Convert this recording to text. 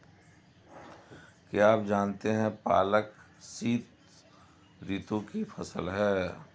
क्या आप जानते है पालक शीतऋतु की फसल है?